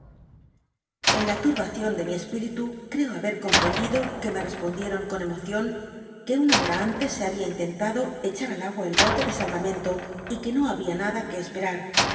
en la turbacion de mi espíritu creo babc compa cndido que me rcspondicion con emocion que una bora antes se había intentado echar al agua el bote de sall'amcnlo y qnc no había nada qn e